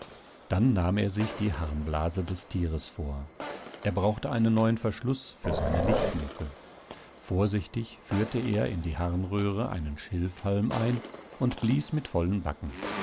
dann nahm er sich die harnblase des tieres vor er brauchte einen neuen verschluß für seine lichtluke vorsichtig führte er in die harnröhre einen schilfhalm ein und blies mit vollen backen